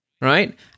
Right